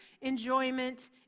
enjoyment